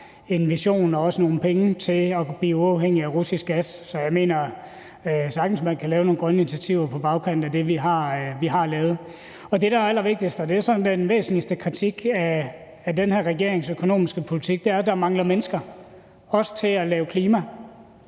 en vision om og også nogle penge til at blive uafhængig af russisk gas. Så jeg mener sagtens, at man på bagkant af det, vi har lavet, kan lave nogle grønne initiativer. Det, der er allervigtigst, og det er sådan den væsentligste kritik af den her regerings økonomiske politik, er, at der mangler mennesker, også til at lave